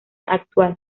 actual